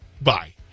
bye